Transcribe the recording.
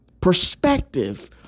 perspective